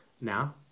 now